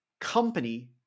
company